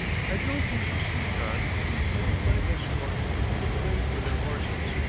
i don't think the sooltan even tendered my escort a feed of grain for their horses,